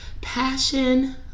passion